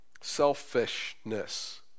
Selfishness